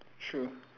true